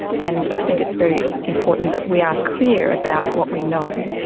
and i think it's very important that we are clear about what we know.